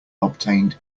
obtained